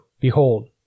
Behold